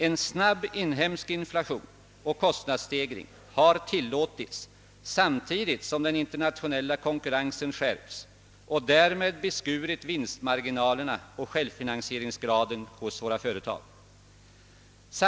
En snabb inhemsk inflation och kostnadsstegring har tillåtits samtidigt som den internationella konkurrensen skärpts, och därmed har vinstmarginalen och självfinansieringsgraden hos många företag beskurits.